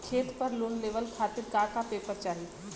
खेत पर लोन लेवल खातिर का का पेपर चाही?